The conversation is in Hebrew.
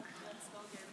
זה מיליון